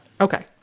okay